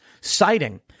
citing